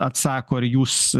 atsako ar jūs